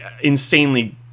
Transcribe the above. insanely